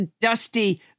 dusty